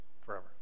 forever